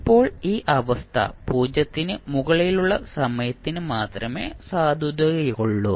ഇപ്പോൾ ഈ അവസ്ഥ 0 ന് മുകളിലുള്ള സമയത്തിന് മാത്രമേ സാധുതയുള്ളൂ